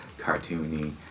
cartoony